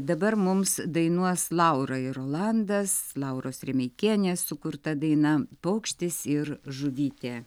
dabar mums dainuos laura ir rolandas lauros remeikienės sukurta daina paukštis ir žuvytė